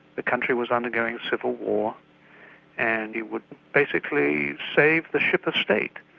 the country was undergoing civil war and he would basically save the ship of state,